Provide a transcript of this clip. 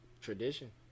Tradition